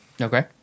Okay